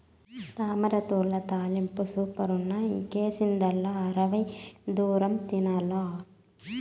తామరతూడ్ల తాలింపు సూపరన్న ఇంకేసిదిలా అరవై దూరం తినాల్ల